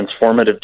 transformative